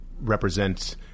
represent